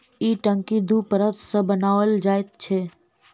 ई टंकी दू परत सॅ बनाओल जाइत छै